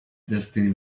destiny